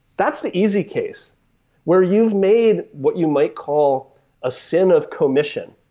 that's the easy case where you've made what you might call a sin of commission.